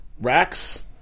racks